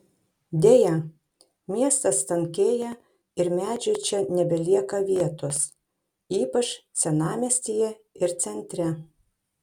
deja miestas tankėja ir medžiui čia nebelieka vietos ypač senamiestyje ir centre